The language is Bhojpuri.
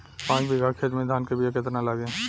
पाँच बिगहा खेत में धान के बिया केतना लागी?